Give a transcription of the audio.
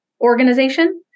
organization